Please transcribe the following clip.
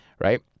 Right